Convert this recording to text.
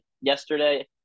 yesterday